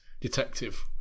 detective